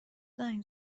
زنگ